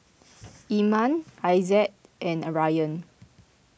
Iman Aizat and Ryan